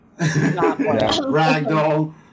Ragdoll